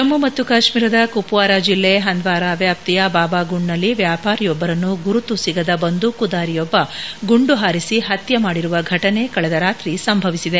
ಜಮ್ಮು ಮತ್ತು ಕಾಶ್ಮೀರದ ಕುಪ್ಟಾರ ಜಿಲ್ಲೆ ಹಂದ್ವಾರ ವ್ಯಾಪ್ತಿಯ ಬಾಬಾಗುಂಡ್ನಲ್ಲಿ ವ್ಯಾಪಾರಿಯೊಬ್ಬರನ್ನು ಗುರುತುಸಿಗದ ಬಂದೂಕುದಾರಿಯೊಬ್ಬ ಗುಂದು ಹಾರಿಸಿ ಹತ್ಯೆ ಮಾಡಿರುವ ಫೆಟನೆ ಕಳೆದ ರಾತ್ರಿ ಸಂಭವಿಸಿದೆ